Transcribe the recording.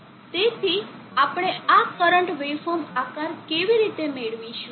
તેથી આપણે આ કરંટ વેવફોર્મ આકાર કેવી રીતે મેળવીશું